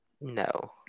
no